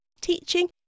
Teaching